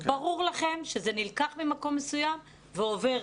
שברור לכם שזה נלקח ממקום מסוים ועובר לפה.